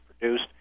produced